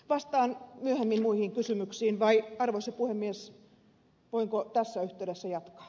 vastaan myöhemmin muihin kysymyksiin vai arvoisa puhemies voinko tässä yhteydessä jatkaa